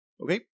Okay